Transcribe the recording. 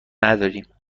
نداریم